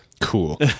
cool